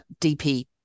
DP